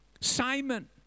Simon